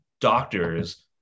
doctors